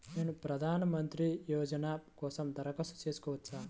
నేను ప్రధాన మంత్రి యోజన కోసం దరఖాస్తు చేయవచ్చా?